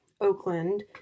Oakland